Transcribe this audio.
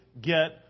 get